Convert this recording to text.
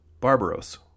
barbaros